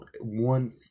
one